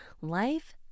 Life